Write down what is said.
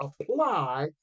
apply